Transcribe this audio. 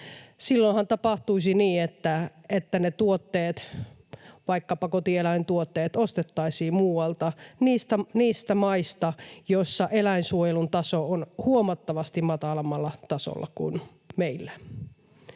Silloinhan tapahtuisi niin, että ne tuotteet, vaikkapa kotieläintuotteet, ostettaisiin muualta, niistä maista, joissa eläinsuojelun taso on huomattavasti matalammalla tasolla kuin meillä.